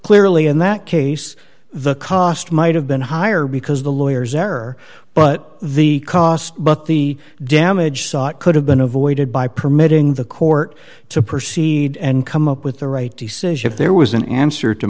clearly in that case the cost might have been higher because the lawyers error but the cost but the damage sought could have been avoided by permitting the court to proceed and come up with the right decision if there was an answer to